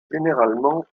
généralement